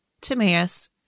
Timaeus